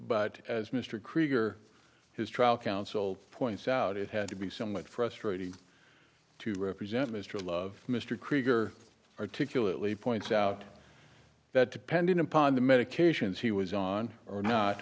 but as mr krieger his trial counsel points out it had to be somewhat frustrating to represent mr love mr krieger articulately points out that depending upon the medications he was on or not